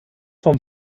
vom